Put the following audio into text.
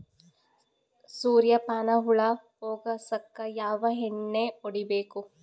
ಸುರ್ಯಪಾನ ಹುಳ ಹೊಗಸಕ ಯಾವ ಎಣ್ಣೆ ಹೊಡಿಬೇಕು?